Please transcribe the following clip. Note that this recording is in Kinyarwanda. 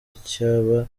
icyaba